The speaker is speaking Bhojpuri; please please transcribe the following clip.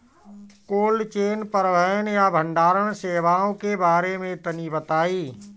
कोल्ड चेन परिवहन या भंडारण सेवाओं के बारे में तनी बताई?